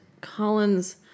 Collins